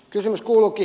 kysymys kuuluukin